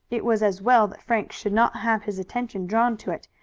it was as well that frank should not have his attention drawn to it,